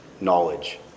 knowledge